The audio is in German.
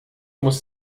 muss